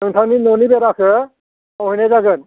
नोंथांनि न'नि बेराखौ खेवहैनाय जागोन